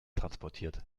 transportiert